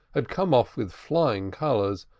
had come off with flying colors,